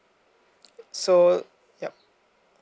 so yup